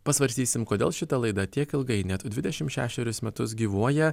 pasvarstysim kodėl šita laida tiek ilgai net dvidešimt šešerius metus gyvuoja